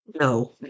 No